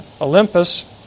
Olympus